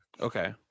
Okay